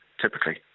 typically